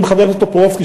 אם חבר הכנסת טופורובסקי,